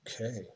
Okay